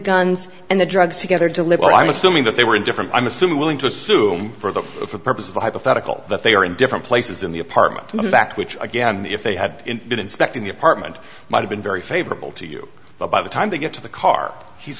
guns and the drugs together deliberate i'm assuming that they were different i'm assuming willing to assume for the purpose of the hypothetical that they are in different places in the apartment in the back which again if they had been inspecting the apartment might have been very favorable to you but by the time they get to the car he's